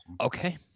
okay